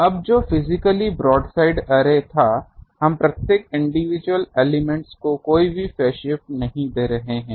अब जो physically broadside array था हम प्रत्येक इंडिविजुअल एलिमेंट्स को कोई भी फेज शिफ्ट नहीं दे रहे थे